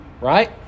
right